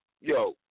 Yo